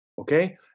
okay